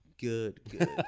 good